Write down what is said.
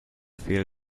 feel